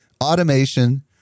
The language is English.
automation